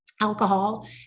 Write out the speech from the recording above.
alcohol